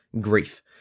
grief